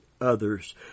others